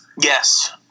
Yes